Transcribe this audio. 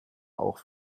auch